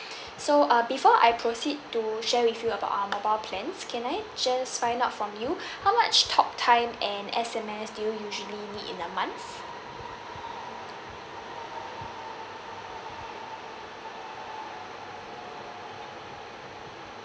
so uh before I proceed to share with you about our mobile plans can I just find out from you how much talk time and S_M_S do you usually need in a month